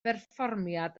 berfformiad